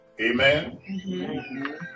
Amen